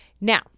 Now